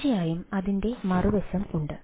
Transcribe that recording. തീർച്ചയായും അതിന്റെ മറു വശം ഉണ്ട്